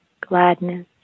gladness